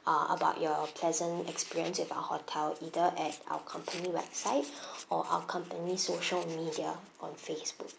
uh about your pleasant experience with our hotel either at our company website or our company social media on Facebook